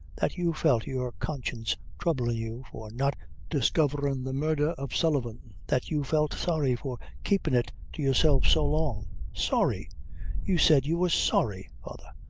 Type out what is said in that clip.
that you felt your conscience troublin' you for not discoverin' the murdher of sullivan that you felt sorry for keepin' it to yourself so long sorry you said you were sorry, father!